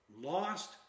lost